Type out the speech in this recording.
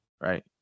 Right